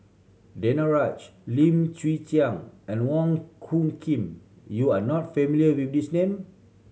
Danaraj Lim Chwee Chian and Wong Hung Khim you are not familiar with these name